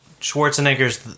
Schwarzenegger's